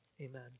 Amen